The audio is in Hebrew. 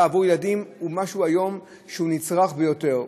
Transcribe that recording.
עבור ילדים הוא משהו שהיום הוא נצרך ביותר,